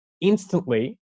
instantly